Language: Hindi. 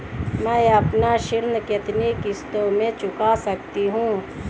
मैं अपना ऋण कितनी किश्तों में चुका सकती हूँ?